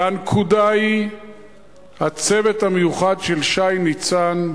והנקודה היא הצוות המיוחד של שי ניצן,